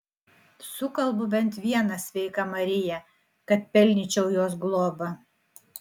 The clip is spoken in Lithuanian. sukalbu bent vieną sveika marija kad pelnyčiau jos globą